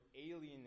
alienated